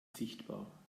sichtbar